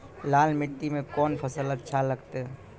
लाल मिट्टी मे कोंन फसल अच्छा लगते?